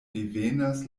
devenas